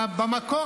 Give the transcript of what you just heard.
במקור,